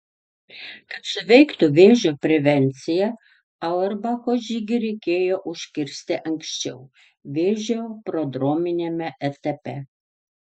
kad suveiktų vėžio prevencija auerbacho žygį reikėjo užkirsti anksčiau vėžio prodrominiame etape